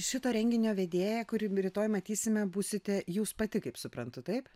šito renginio vedėja kuri rytoj matysime būsite jūs pati kaip suprantu taip